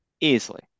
Easily